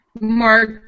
Mark